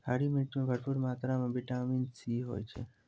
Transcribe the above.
हरी मिर्च मॅ भरपूर मात्रा म विटामिन सी होय छै